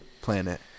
planet